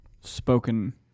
spoken